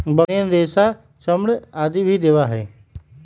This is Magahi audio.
बकरियन रेशा, चर्म आदि भी देवा हई